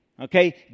Okay